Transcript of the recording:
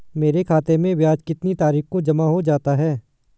मेरे खाते में ब्याज कितनी तारीख को जमा हो जाता है?